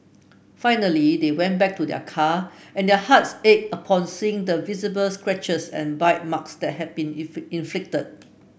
finally they went back to their car and their hearts ached upon seeing the visible scratches and bite marks that had been inflicted